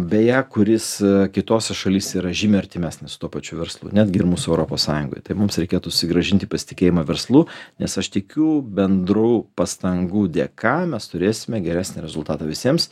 beje kuris kitose šalyse yra žymiai artimesnis su tuo pačiu verslu netgi ir mūsų europos sąjungoj tai mums reikėtų susigrąžinti pasitikėjimą verslu nes aš tikiu bendrų pastangų dėka mes turėsime geresnį rezultatą visiems